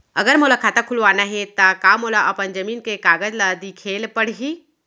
अगर मोला खाता खुलवाना हे त का मोला अपन जमीन के कागज ला दिखएल पढही?